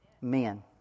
Men